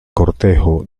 cortejo